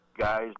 guys